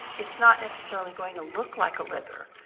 it's not necessarily going to look like a liver,